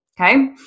okay